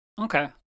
Okay